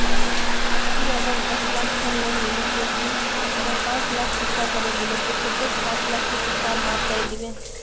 ती अगर दस लाख खेर लोन लिलो ते ती अगर पाँच लाख चुकता करे दिलो ते कतेक पाँच लाख की सरकार माप करे दिबे?